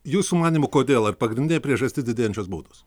jūsų manymu kodėl ar pagrindinė priežastis didėjančios baudos